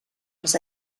les